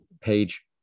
page